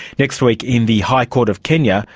next week in the high court of kenya,